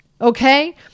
okay